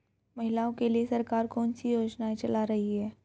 महिलाओं के लिए सरकार कौन सी योजनाएं चला रही है?